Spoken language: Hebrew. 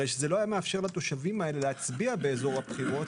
הרי שזה לא היה מאפשר לתושבים האלה להצביע באזור הבחירות,